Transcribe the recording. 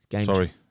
Sorry